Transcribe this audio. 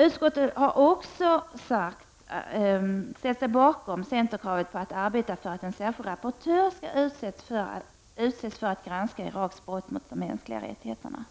Utskottet har också ställt sig bakom centerns krav på att arbeta för att en särskild rapportör skall utses för att granska Iraks brott mot de mänskliga rättigheterna.